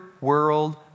world